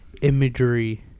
imagery